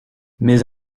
mais